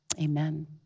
amen